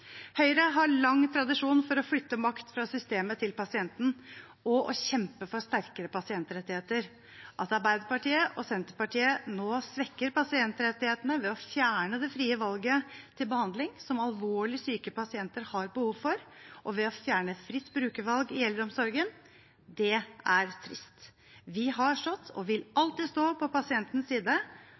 Høyre har lang tradisjon for å flytte makt fra systemet til pasienten og å kjempe for sterkere pasientrettigheter. At Arbeiderpartiet og Senterpartiet nå svekker pasientrettighetene ved å fjerne det frie valget til behandling som alvorlig syke pasienter har behov for, og ved å fjerne fritt brukervalg i eldreomsorgen, er trist. Vi har stått og vil alltid stå på pasientens side,